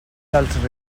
dels